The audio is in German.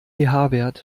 wert